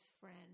friend